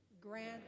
Grant